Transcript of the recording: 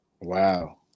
Wow